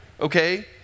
okay